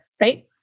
right